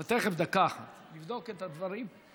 אבל תכף, דקה אחת, נבדוק את הדברים.